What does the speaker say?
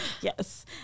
Yes